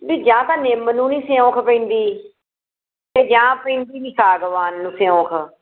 ਨਹੀਂ ਜਾਂ ਤਾਂ ਨਿੰਮ ਨੂੰ ਨਹੀਂ ਸਿਓਂਕ ਪੈਂਦੀ ਅਤੇ ਜਾਂ ਪੈਂਦੀ ਨਹੀਂ ਸਾਗਵਾਨ ਨੂੰ ਸਿਓਂਕ